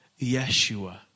Yeshua